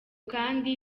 kandi